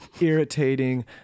irritating